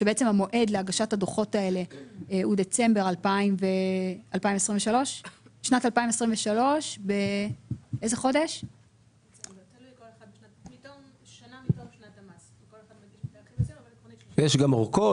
כשבעצם המועד להגשת הדוחות האלה הוא דצמבר 2023. יש גם אורכות.